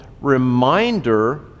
reminder